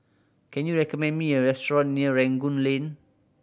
can you recommend me a restaurant near Rangoon Lane